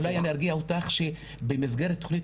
אז אולי אני ארגיע אותך שבמסגרת תוכנית